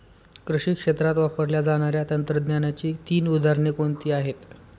कृषी क्षेत्रात वापरल्या जाणाऱ्या तंत्रज्ञानाची तीन उदाहरणे कोणती आहेत?